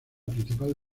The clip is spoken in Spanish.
principal